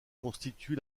constitue